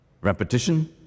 Repetition